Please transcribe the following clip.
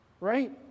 right